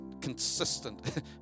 consistent